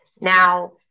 Now